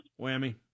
Whammy